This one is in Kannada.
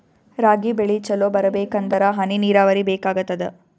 ರಾಗಿ ಬೆಳಿ ಚಲೋ ಬರಬೇಕಂದರ ಹನಿ ನೀರಾವರಿ ಬೇಕಾಗತದ?